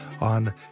on